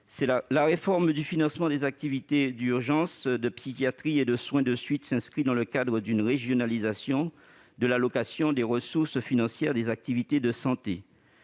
La réforme du financement des activités d'urgences, de psychiatrie et de soins de suite et de réadaptation s'inscrit dans le cadre d'une régionalisation de l'allocation des ressources financières des activités de santé.